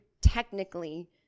technically